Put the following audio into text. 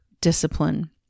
discipline